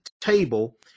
table